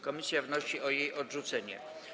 Komisja wnosi o jej odrzucenie.